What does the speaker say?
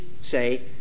say